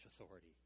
authority